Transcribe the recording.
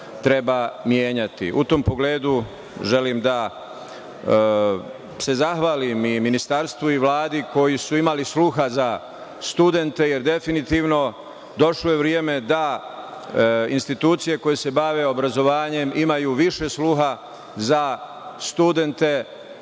treba menjati.U tom pogledu želim da se zahvalim i ministarstvu i Vladi koji su imali sluha za studente jer definitivno došlo je vreme da institucije koje se bave obrazovanjem imaju više sluha za studente,